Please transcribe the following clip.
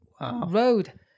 road